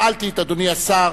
שאלתי את אדוני השר.